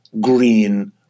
Green